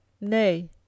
nay